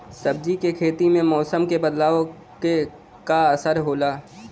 सब्जी के खेती में मौसम के बदलाव क का असर होला?